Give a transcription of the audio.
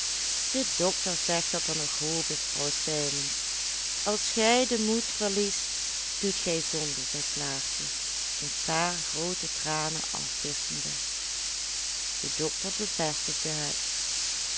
de dokter zegt dat er nog hoop is vrouw sijmens als gij den moed verliest doet gij zonde zei klaartje een paar groote tranen afwisschende de dokter bevestigde het